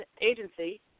agency